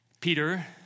Peter